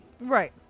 Right